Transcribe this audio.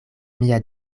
mia